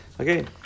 Okay